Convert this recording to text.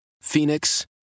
Phoenix